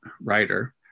writer